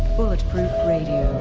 bulletproof radio,